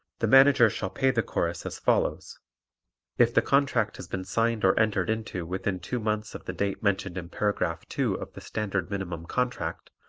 the manager shall pay the chorus as follows if the contract has been signed or entered into within two months of the date mentioned in paragraph two of the standard minimum contract,